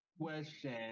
question